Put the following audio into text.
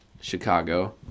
Chicago